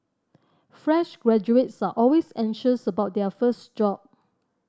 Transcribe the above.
fresh graduates are always anxious about their first job